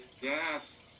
Yes